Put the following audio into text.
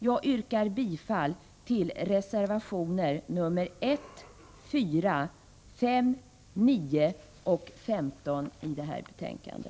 Jag yrkar bifall till reservationerna 1, 4, 5, 9 och 15 vid detta betänkande.